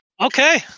Okay